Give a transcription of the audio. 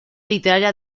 literaria